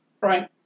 Right